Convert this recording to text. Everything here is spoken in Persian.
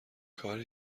کاری